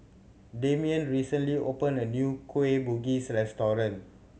Demian recently opened a new Kueh Bugis restaurant